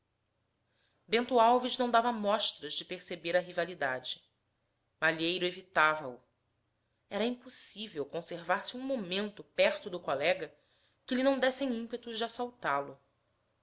bento alves não dava mostras de perceber a rivalidade malheiro evitava o era impossível conservar-se um momento perto do colega que lhe não dessem ímpetos de assaltá lo